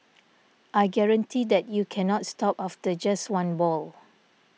I guarantee that you cannot stop after just one ball